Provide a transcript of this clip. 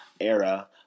era